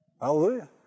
Hallelujah